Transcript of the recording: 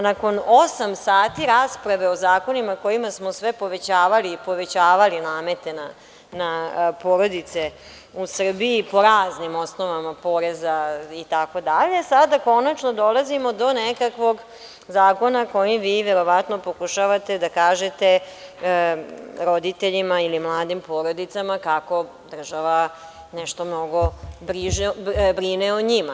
Nakon osam sati rasprave o zakonima kojima smo sve povećavali i povećavali namete na porodice u Srbiji, po raznim osnovama poreza itd. sada konačno dolazimo do nekakvog zakona kojim vi verovatno pokušavate da kažete roditeljima ili mladim porodicama kako država nešto mnogo brine o njima.